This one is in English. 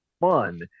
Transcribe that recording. fun